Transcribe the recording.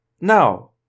Now